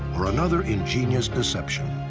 or another ingenious deception?